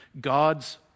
God's